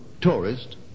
tourist